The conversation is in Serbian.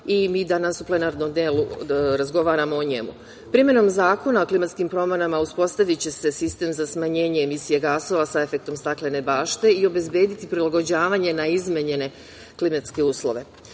i mi danas u plenarnom delu razgovaramo o njemu. Primenom zakona o klimatskim promenama uspostaviće se sistem za smanjenje emisije gasova sa efektom staklene bašte i obezbediti prilagođavanje na izmenjene klimatske uslove.